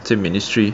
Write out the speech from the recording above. same ministry